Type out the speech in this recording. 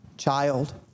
child